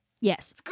Yes